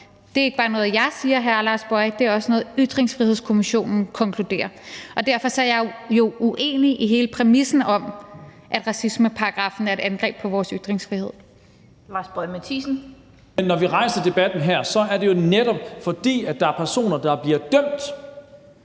Det er ikke bare noget, jeg siger, hr. Lars Boje Mathiesen; det er også noget, Ytringsfrihedskommissionen konkluderer. Derfor er jeg jo uenig i hele præmissen om, at racismeparagraffen er et angreb på vores ytringsfrihed.